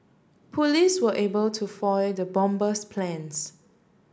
police were able to foil the bomber's plans